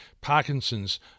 Parkinson's